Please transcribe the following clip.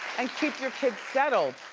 and keep your kids settled.